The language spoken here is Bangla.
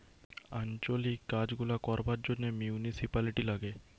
আঞ্চলিক কাজ গুলা করবার জন্যে মিউনিসিপালিটি লাগে